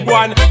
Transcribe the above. one